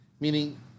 meaning